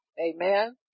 Amen